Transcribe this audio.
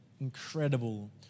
incredible